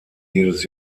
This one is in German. jedes